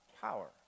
power